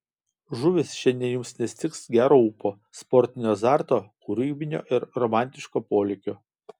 žuvys šiandien jums nestigs gero ūpo sportinio azarto kūrybinio ir romantiško polėkio